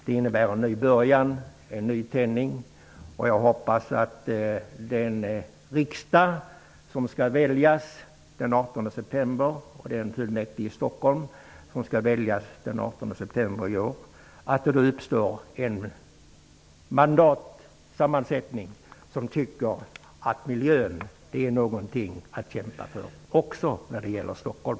Det innebär i stället en nytändning, och jag hoppas att det i den riksdag och i det fullmäktige i Stockholm som skall väljas den 18 september i år uppstår en mandatsammansättning som ger uttryck för uppfattningen att miljön är något att kämpa för också när det gäller Stockholm.